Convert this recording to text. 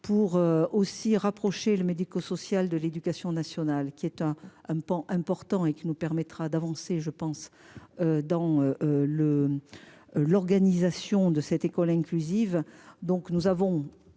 pour aussi rapprocher le médico-social de l'éducation nationale qui est un un pan important et qui nous permettra d'avancer, je pense. Dans le. L'organisation de cette école inclusive. Donc nous avons